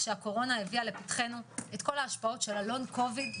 כשהקורונה הביאה לפתחנו את כל ההשפעות של ה'לונג קוביד',